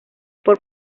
por